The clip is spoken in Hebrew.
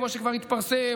כמו שכבר התפרסם,